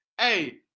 Hey